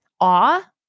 awe